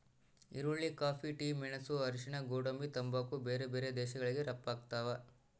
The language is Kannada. ಈರುಳ್ಳಿ ಕಾಫಿ ಟಿ ಮೆಣಸು ಅರಿಶಿಣ ಗೋಡಂಬಿ ತಂಬಾಕು ಬೇರೆ ಬೇರೆ ದೇಶಗಳಿಗೆ ರಪ್ತಾಗ್ತಾವ